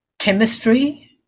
Chemistry